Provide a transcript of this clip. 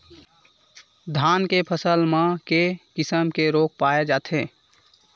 धान के फसल म के किसम के रोग पाय जाथे?